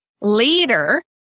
later